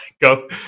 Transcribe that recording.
Go